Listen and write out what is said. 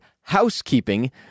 housekeeping